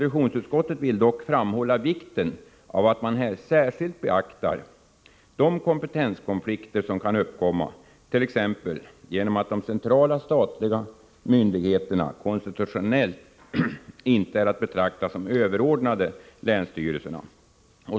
Utskottet vill dock framhålla vikten av att man här särskilt beaktar de kompetenskonflikter som kan uppkomma t.ex. genom att de centrala statliga myndigheterna konstitutionellt inte är att betrakta som överordnade länsstyrelserna.